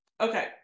Okay